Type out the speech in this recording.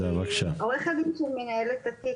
עורך הדין שמנהל את התיק,